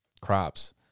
crops